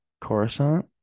Coruscant